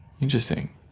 Interesting